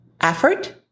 Effort